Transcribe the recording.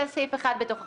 זה סעיף אחד בתוך החוק.